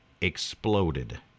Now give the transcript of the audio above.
exploded